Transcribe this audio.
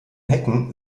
hecken